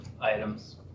items